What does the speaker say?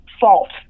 fault